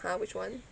!huh! which one